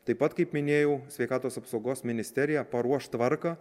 taip pat kaip minėjau sveikatos apsaugos ministerija paruoš tvarką